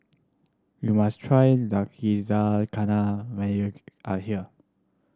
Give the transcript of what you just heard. you must try Zakizakana when you are here